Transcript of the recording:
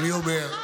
לעיר רגילה.